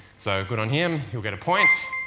so good on him, he'll get points.